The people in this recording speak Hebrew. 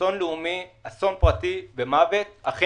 זה אסון לאומי,